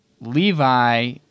levi